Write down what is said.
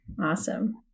Awesome